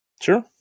Sure